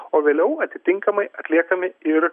o vėliau atitinkamai atliekami ir